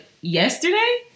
yesterday